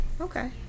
okay